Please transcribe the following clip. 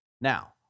Now